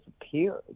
disappeared